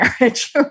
marriage